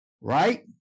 right